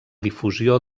difusió